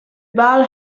ball